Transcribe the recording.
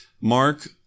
Mark